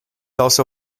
also